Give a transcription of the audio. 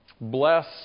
bless